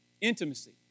Intimacy